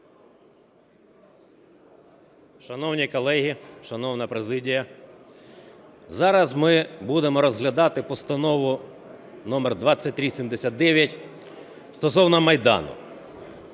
Шановні колеги, шановна президія! Зараз ми будемо розглядати Постанову № 2379 стосовно Майдану.